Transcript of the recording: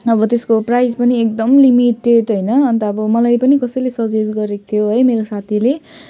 अब त्यसको प्राइस पनि एकदम लिमिटेड होइन अन्त अब मलाई पनि कसैले सजेस्ट गरेको थियो है मेरो साथीले